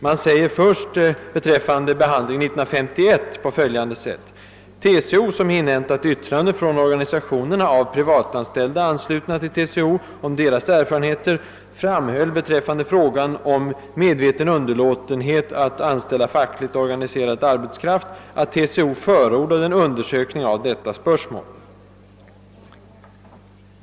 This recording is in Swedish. Man säger först beträffande behandlingen år 1951: »TCO, som inhämtat yttrande från organisationerna av privatanställda anslutna till TCO om deras erfarenheter, framhöll beträffande frågan om medveten underlåtenhet att anställa fackligt organiserad arbetskraft, att TCO förordade en undersökning av detta spörsmål.